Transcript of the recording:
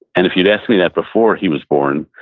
and if you'd asked me that before he was born,